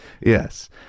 Yes